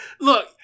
look